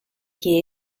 que